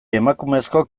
emakumezko